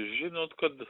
žinot kad